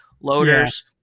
loaders